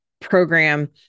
program